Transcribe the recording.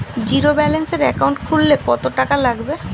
জিরোব্যেলেন্সের একাউন্ট খুলতে কত টাকা লাগবে?